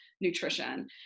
nutrition